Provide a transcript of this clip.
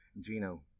Gino